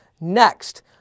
next